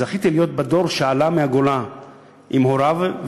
זכיתי להיות בדור שעלה מהגולה עם הוריו,